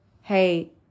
Hey